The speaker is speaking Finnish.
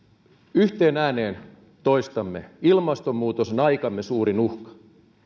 yhteen ääneen toistamme että ilmastonmuutos on aikamme suurin uhka